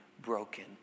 broken